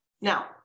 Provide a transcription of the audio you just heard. Now